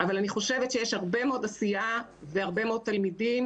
אבל אני חושבת שיש הרבה מאוד עשייה והרבה מאוד תלמידים